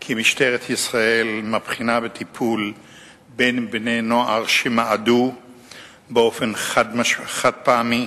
כי משטרת ישראל מבחינה בטיפול בין בני-נוער שמעדו באופן חד-פעמי